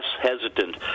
hesitant